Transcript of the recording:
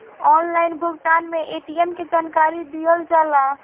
Online भुगतान में ATM के जानकारी दिहल जाला?